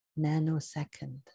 nanosecond